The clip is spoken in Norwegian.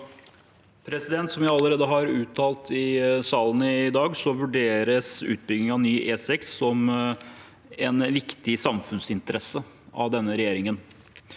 Som jeg alle- rede har uttalt i salen i dag, vurderes utbygging av ny E6 som en viktig samfunnsinteresse av denne regjeringen.